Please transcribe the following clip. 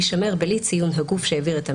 יישמר בלי ציון הגוף שהעביר את המידע,